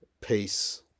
peace